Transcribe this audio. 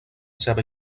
seva